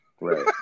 Right